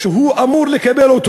שהוא אמור לקבל.